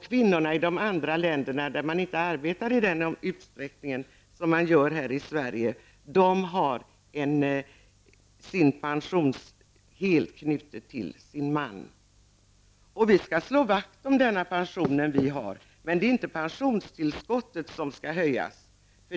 Kvinnorna i de andra länderna, där man inte arbetar i samma utsträckning som vi gör i Sverige, har sin pension helt knuten till sin man. Vi skall slå vakt om den pension som vi har, men det är inte pensionstillskottet som skall höjas.